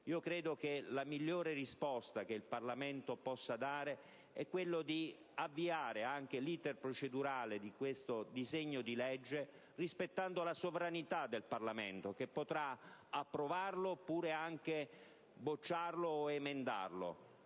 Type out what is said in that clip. Credo che la migliore risposta che il Parlamento possa dare sia quella di avviare l'*iter* di questo disegno di legge, rispettando la sovranità del Parlamento, che poi potrà approvarlo, bocciarlo o emendarlo;